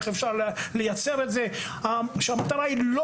איך אפשר לייצר את זה כאשר המטרה היא לא